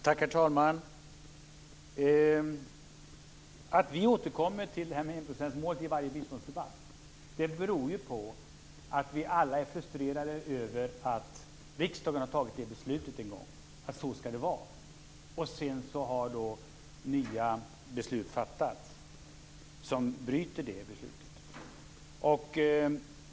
Herr talman! Anledningen till att vi i varje biståndsdebatt återkommer till frågan om enprocentsmålet är att vi alla är frustrerade över att riksdagen en gång beslutat att så skall det vara. Sedan har nya beslut fattats som bryter det beslutet.